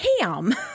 ham